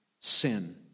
sin